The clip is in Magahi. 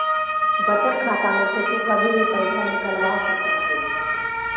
बचत खाता में से तु कभी भी पइसा निकलवा सकऽ हे